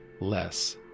less